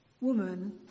woman